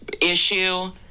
issue